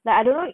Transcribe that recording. but I don't know